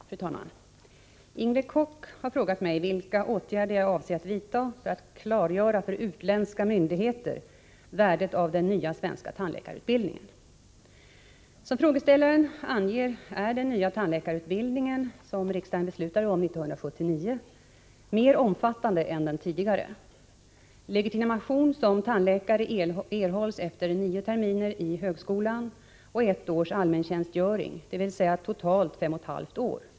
Fru talman! Inger Koch har frågat mig vilka åtgärder jag avser att vidta för att klargöra för utländska myndigheter värdet av den nya svenska tandläkarutbildningen. Som frågeställaren anger är den nya tandläkarutbildningen, som riksdagen beslutade om 1979, mer omfattande än den tidigare. Legitimation som tandläkare erhålls efter nio terminer i högskolan och ett års allmäntjänstgö ring, dvs. totalt 5,5 år.